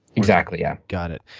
exactly, yeah. got it.